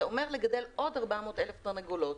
זה אומר לגדל עוד 400,000 תרנגולות.